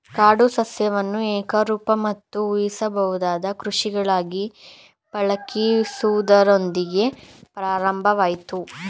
ಕಾಡು ಸಸ್ಯವನ್ನು ಏಕರೂಪ ಮತ್ತು ಊಹಿಸಬಹುದಾದ ಕೃಷಿಗಳಾಗಿ ಪಳಗಿಸುವುದರೊಂದಿಗೆ ಪ್ರಾರಂಭವಾಯ್ತು